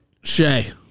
Shay